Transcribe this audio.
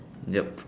yup